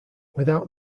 without